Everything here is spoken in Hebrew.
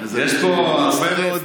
יש פה הרבה מאוד,